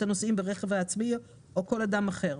הנוסעים ברכב העצמאי או כל אדם אחר.